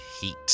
Heat